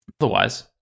otherwise